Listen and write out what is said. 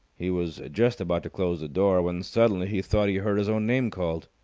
he was just about to close the door, when suddenly he thought he heard his own name called.